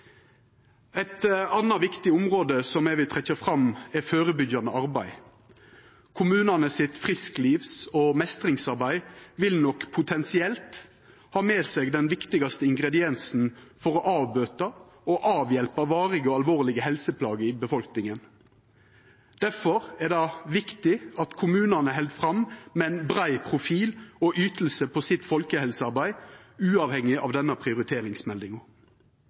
Eit anna viktig område som eg vil trekkja fram, er førebyggjande arbeid. Kommunane sitt frisklivs- og meistringsarbeid vil nok potensielt ha med seg den viktigaste ingrediensen for å avbøta og avhjelpa varige og alvorlege helseplager i befolkninga. Difor er det viktig at kommunane held fram med ein brei profil på yting i sitt folkehelsearbeid, uavhengig av denne prioriteringsmeldinga.